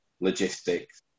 logistics